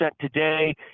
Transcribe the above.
today